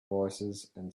voicesand